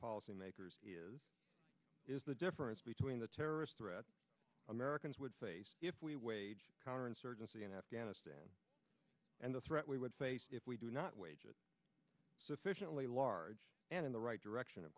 policymakers is is the difference between the terrorist threat americans would face if we wage counterinsurgency in afghanistan and the threat we would face if we do not wage a sufficiently large and in the right direction of